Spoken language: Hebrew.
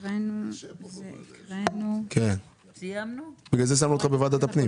במקום "אחד מהוריהם" --- מזל שהיא לא יושבת ראש ועדה.